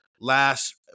last